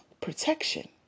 protection